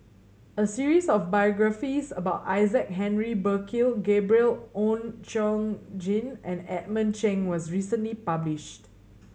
a series of biographies about Isaac Henry Burkill Gabriel Oon Chong Jin and Edmund Cheng was recently published